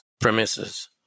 premises